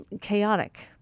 chaotic